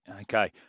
Okay